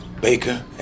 Baker